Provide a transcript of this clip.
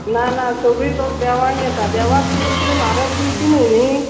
ना ना सगळीं लोक देवाक येता देवाक तुमी इतली म्हारग दिवची न्हय न्ही